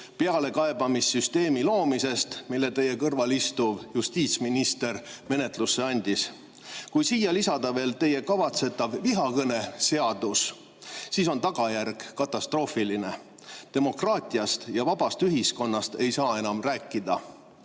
pealekaebamissüsteemi loomisest, mille teie kõrval istuv justiitsminister menetlusse andis. Kui siia lisada veel teie kavatsetav vihakõneseadus, siis on tagajärg katastroofiline. Demokraatiast ja vabast ühiskonnast ei saa enam rääkida.